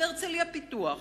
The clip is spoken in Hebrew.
בהרצלייה-פיתוח,